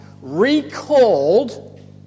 recalled